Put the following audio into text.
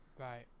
Right